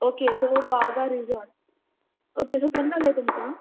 okay so Baga resort okay so केन्ना जाय तुमकां